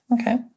okay